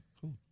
cool